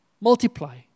Multiply